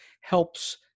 helps